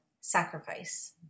Sacrifice